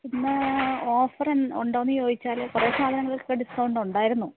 പിന്നെ ഓഫറെന് ഉണ്ടോന്ന് ചോദിച്ചാൽ കുറെ സാധനങ്ങള്ക്ക് ഒക്കെ ഡിസ്ക്കൗണ്ടൊണ്ടായിരുന്നു